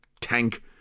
tank